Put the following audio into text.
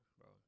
bro